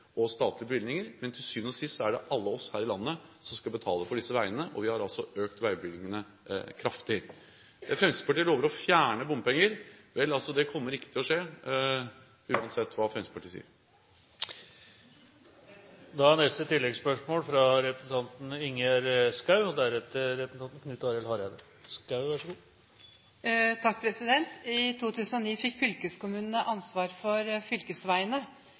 og statlige bevilgninger. Men til syvende og sist er det alle her i landet som skal betale for disse veiene, og vi har altså økt veibevilgningene kraftig. Fremskrittspartiet lover å fjerne bompenger. Vel, det kommer altså ikke til å skje, uansett hva Fremskrittspartiet sier. Ingjerd Schou – til oppfølgingsspørsmål. I 2009 fikk fylkeskommunene ansvaret for fylkesveiene. Da var beregnet etterslep og